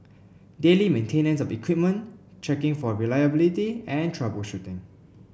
daily maintenance of equipment checking for reliability and troubleshooting